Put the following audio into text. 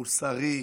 מוסרי,